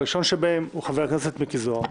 הראשון הוא חבר הכנסת מיקי זוהר.